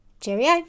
Cheerio